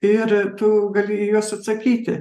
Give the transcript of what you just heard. ir tu gali į juos atsakyti